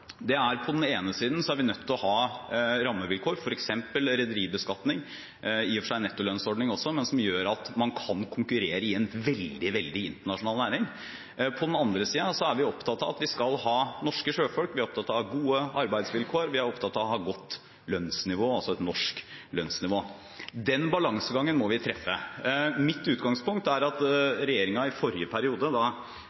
den ene siden er vi nødt til å ha rammevilkår, f.eks. rederibeskatning – i og for seg nettolønnsordning også – som gjør at man kan konkurrere i en veldig internasjonal næring. På den andre siden er vi opptatt av at vi skal ha norske sjøfolk, vi er opptatt av gode arbeidsvilkår, vi er opptatt av å ha et godt lønnsnivå – et norsk lønnsnivå. Den balansegangen må vi treffe. Mitt utgangspunkt er at